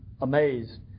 amazed